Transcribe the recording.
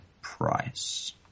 price